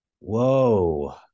Whoa